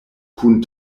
kun